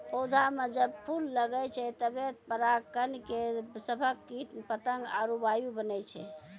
पौधा म जब फूल लगै छै तबे पराग कण के सभक कीट पतंग आरु वायु बनै छै